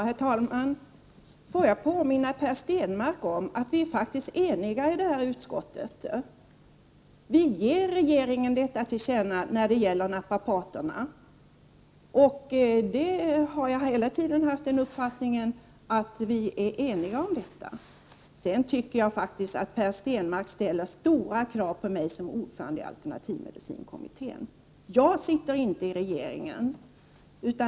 Herr talman! Jag vill påminna Per Stenmarck om att utskottet faktiskt är enigt och föreslår riksdagen att göra ett tillkännagivande till regeringen när det gäller naprapaterna. Jag har också hela tiden haft uppfattningen att vi är eniga på denna punkt. Sedan tycker jag faktiskt att Per Stenmarck ställer stora krav på mig i min egenskap av ordförande i alternativmedicinkommittén. Jag sitter ju inte med i regeringen.